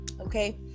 okay